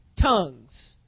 Tongues